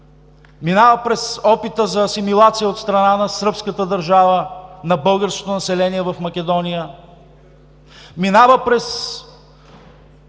минава през опита за асимилация от страна на сръбската държава на българското население в Македония, минава през